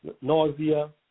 nausea